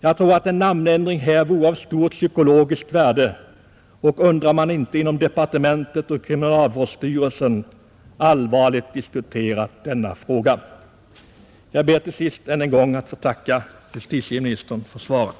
Jag tror att en namnändring här vore av stort psykologiskt värde och undrar om man inom departementet och kriminalvårdsstyrelsen allvarligt diskuterat denna fråga. Till sist ber jag att än en gång få tacka justitieministern för svaret.